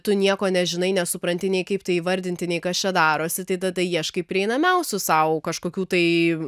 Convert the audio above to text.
tu nieko nežinai nesupranti nei kaip tai įvardinti nei kas čia darosi tada ieškai prieinamiausių sau kažkokių tai